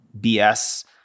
BS